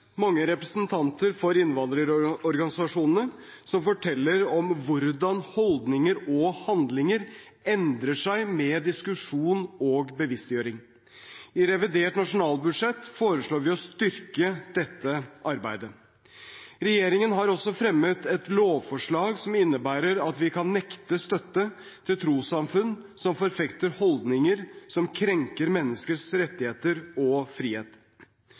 mange representanter for innvandrerorganisasjoner som forteller om hvordan holdninger og handlinger endrer seg med diskusjon og bevisstgjøring. I revidert nasjonalbudsjett foreslår vi å styrke dette arbeidet. Regjeringen har også fremmet et lovforslag som innebærer at vi kan nekte støtte til trossamfunn som forfekter holdninger som krenker menneskers rettigheter og frihet.